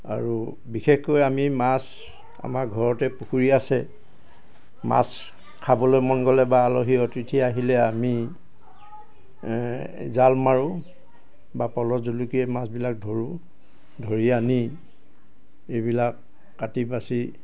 আৰু বিশেষকৈ আমি মাছ আমাৰ ঘৰতে পুখুৰী আছে মাছ খাবলৈ মন গ'লে বা আলহী অতিথি আহিলে আমি জাল মাৰো বা পল' জুলুকিয়ে মাছবিলাক ধৰোঁ ধৰি আনি এইবিলাক কাটি বাচি